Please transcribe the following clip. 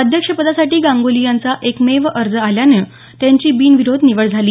अध्यक्षपदासाठी गांगुली यांचा एकमेव अर्ज आल्याने त्यांची बिनविरोध निवड झाली